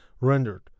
rendered